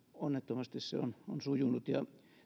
onnettomasti se on on sujunut ja